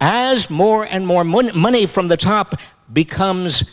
as more and more money money from the top becomes